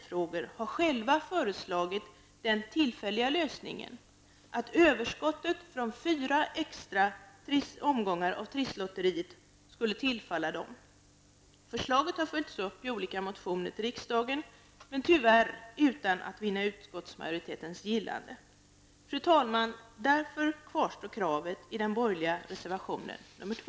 Förslaget har följts upp i olika motioner till riksdagen, tyvärr utan att vinna utskottsmajoritetens gillande. Därför, fru talman, kvarstår kravet i den borgerliga reservationen nr 2.